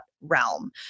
realm